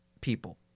people